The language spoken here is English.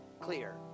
clear